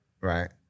right